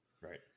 Right